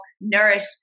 nourished